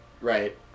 right